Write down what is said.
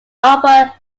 upper